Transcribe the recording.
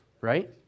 right